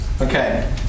Okay